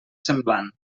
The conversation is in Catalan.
semblant